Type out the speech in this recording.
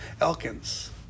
Elkins